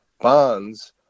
bonds